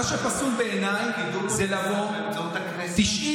הקידום נעשה באמצעות הכנסת.